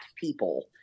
people